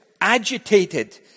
agitated